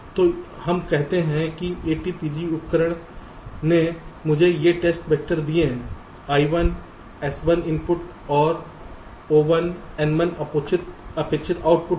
तो हम कहते हैं कि ATPG उपकरण ने मुझे ये टेस्ट वैक्टर दिए हैं I1 S1 इनपुट है और O1 N1 अपेक्षित आउटपुट है